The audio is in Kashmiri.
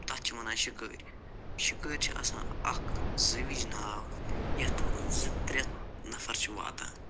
تَتھ چھِ ونان شِکٲرۍ شِکٲرۍ چھِ آسان اکھ زٲوِج ناو یَتھ زٕ ترٛےٚ نَفر چھِ واتان